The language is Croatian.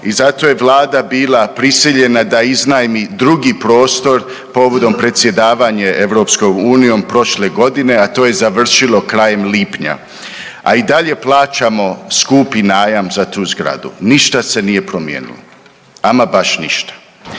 i zato je Vlada bila prisiljena da iznajmi drugi prostor povodom predsjedavanja EU prošle godine, a to je završilo krajem lipnja, a i dalje plaćamo skupi najam za tu zgradu. Ništa se nije promijenilo, ama baš ništa.